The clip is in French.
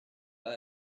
pas